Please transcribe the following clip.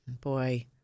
boy